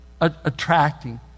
attracting